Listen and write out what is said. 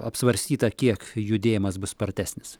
apsvarstyta kiek judėjimas bus spartesnis